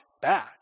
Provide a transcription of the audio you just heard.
bad